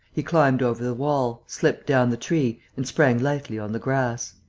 he climbed over the wall, slipped down the tree, and sprang lightly on the grass.